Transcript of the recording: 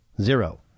Zero